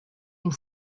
been